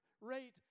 rate